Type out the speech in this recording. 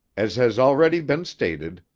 as has already been stated,